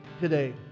today